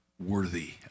worthy